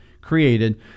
created